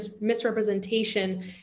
misrepresentation